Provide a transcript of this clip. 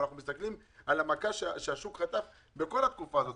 אבל אנחנו מסתכלים על המכה שהשוק חטף בכל התקופה הזאת.